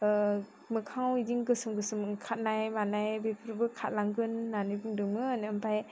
मोखाङाव बिदिनो गोसोम गोसोम ओंखारनाय मानाय बेफोरबो खारलांगोन होननानै बुंदोंमोन ओमफ्राय